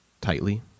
tightly